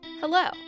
Hello